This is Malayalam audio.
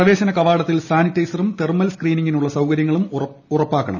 പ്രവേശന കവാടത്തിൽ സാനിറ്റൈസറും തെർമൽ സ്ക്രീനിംഗുള്ള സൌകര്യങ്ങളും ഉണ്ടാകണം